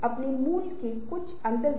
मैंने अपने छात्रों के साथ ऐसा पाया है